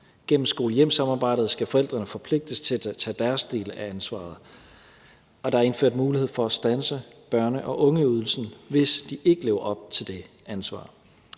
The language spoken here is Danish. Gennem skole-hjem-samarbejdet skal forældrene forpligtes til at tage deres del af ansvaret, og der er indført mulighed for at standse børne- og ungeydelsen, hvis de ikke lever op til det ansvar.